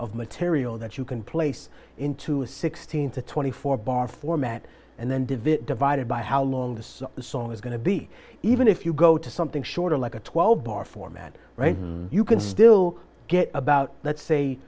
of material that you can place into a sixteen to twenty four bar format and then devitt divided by how long this song is going to be even if you go to something shorter like a twelve bar format right you can still get about let's say